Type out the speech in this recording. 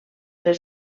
les